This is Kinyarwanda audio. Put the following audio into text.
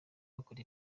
bakora